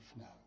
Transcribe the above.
now